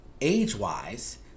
age-wise